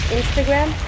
Instagram